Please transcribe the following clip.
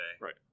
Right